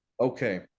okay